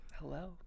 hello